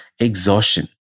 exhaustion